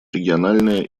региональное